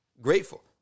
grateful